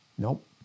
Nope